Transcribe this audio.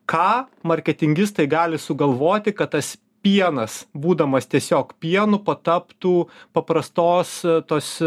ką marketingistai gali sugalvoti kad tas pienas būdamas tiesiog pienu pataptų paprastos tos